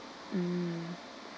mm